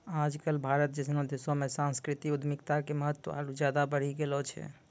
आज कल भारत जैसनो देशो मे सांस्कृतिक उद्यमिता के महत्त्व आरु ज्यादे बढ़ि गेलो छै